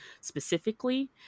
specifically